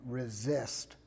resist